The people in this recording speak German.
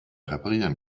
reparieren